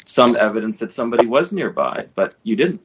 some evidence that somebody was nearby but you didn't